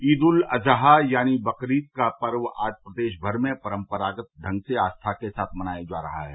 ईद उल अजहा यानी बकरीद का पर्व आज प्रदेश भर में परम्परागत ढंग से आस्था के साथ मनाया जा रहा है